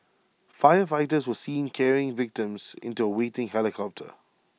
firefighters were seen carrying victims into A waiting helicopter